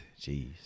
Jeez